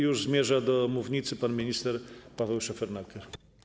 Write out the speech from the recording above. Już zmierza do mównicy pan minister Paweł Szefernaker.